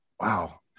wow